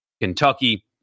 Kentucky